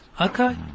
Okay